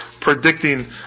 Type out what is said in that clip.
predicting